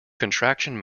contraction